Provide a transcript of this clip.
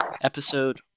episode